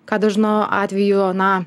ką dažnu atveju na